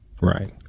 Right